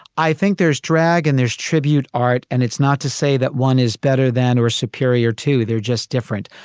i think there's drag and there's tribute art. and it's not to say that one is better than or superior to. they're just different.